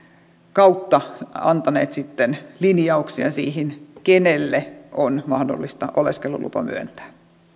kautta antaneet sitten linjauksia siihen kenelle on mahdollista oleskelulupa myöntää